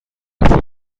هفته